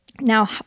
now